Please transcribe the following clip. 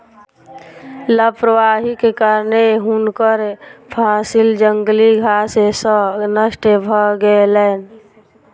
लापरवाहीक कारणेँ हुनकर फसिल जंगली घास सॅ नष्ट भ गेलैन